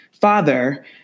father